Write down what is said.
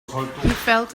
felt